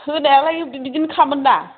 होनायालाय बेबायदिनो खामोन दा